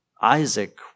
Isaac